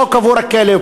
פה קבור הכלב,